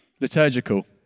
liturgical